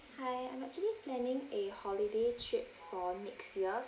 hi I'm actually planning a holiday trip for next year